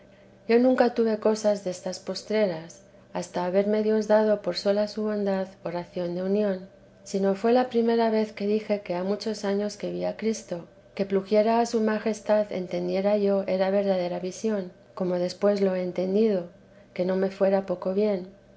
yo nunca tuve cosas destas postreras hasta haberme dios dado por sola su bondad oración de unión sino fué la primera vez que dije que ha muchos años que vi a cristo que pluguiera a su majestad entendiera yo era verdadera visión como después lo he entendido que no me fuera poco bien